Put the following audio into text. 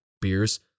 beers